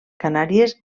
canàries